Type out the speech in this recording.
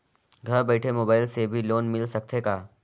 घर बइठे मोबाईल से भी लोन मिल सकथे का?